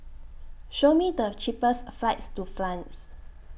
Show Me The cheapest flights to France